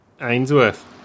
Ainsworth